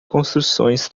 construções